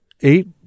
Eight